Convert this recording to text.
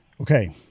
Okay